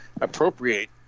appropriate